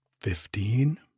fifteen